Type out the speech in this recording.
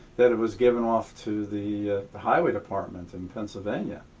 that it was given off to the highway department in pennsylvania.